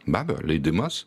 be abejo leidimas